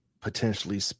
potentially